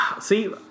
See